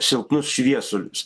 silpnus šviesulius